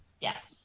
yes